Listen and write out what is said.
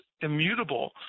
immutable